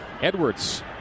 Edwards